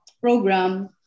program